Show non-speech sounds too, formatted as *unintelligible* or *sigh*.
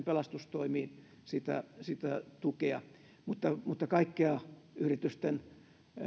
*unintelligible* pelastustoimiin sitä sitä tukea mutta mutta kaikkea yritysten